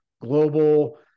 global